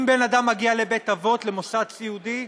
אם בן אדם מגיע לבית אבות, למוסד סיעודי,